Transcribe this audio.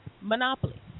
Monopoly